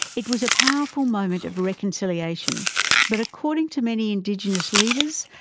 it was a powerful moment of reconciliation but, according to many indigenous leaders,